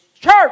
church